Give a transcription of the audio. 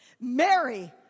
Mary